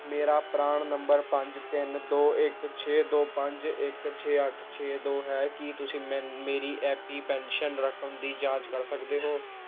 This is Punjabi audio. ਮੇਰਾ ਪਰਾਨ ਨੰਬਰ ਪੰਜ ਤਿੰਨ ਦੋ ਇੱਕ ਛੇ ਦੋ ਪੰਜ ਇੱਕ ਛੇ ਅੱਠ ਛੇ ਦੋ ਹੈ ਕੀ ਤੁਸੀਂ ਮੈਂਨ ਮੇਰੀ ਐਪੀ ਪੈਨਸ਼ਨ ਰਕਮ ਦੀ ਜਾਂਚ ਕਰ ਸਕਦੇ ਹੋ